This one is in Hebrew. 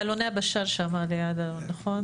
באלוני הבשן, נכון?